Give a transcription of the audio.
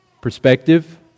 Perspective